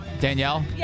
Danielle